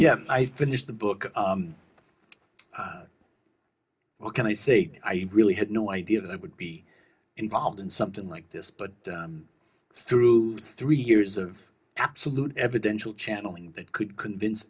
yeah i finished the book well can i say i really had no idea that i would be involved in something like this but through three years of absolute evidential channeling that could convince